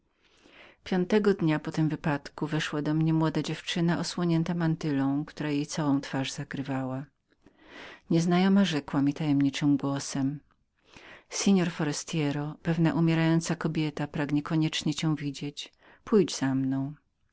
piątego dnia po tym wypadku ujrzałem wchodzącą do mnie młodą dziewczynę osłonioną mantylą która jej całą twarz zakrywała nieznajoma rzekła mi tajemniczym głosem signor forestiere pewna umierająca kobieta pragnie koniecznie cię widzieć pójdź za mną